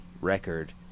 record